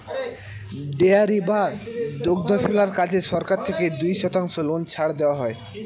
dairy বা দুগ্ধশালার কাজে সরকার থেকে দুই শতাংশ লোন ছাড় দেওয়া হয়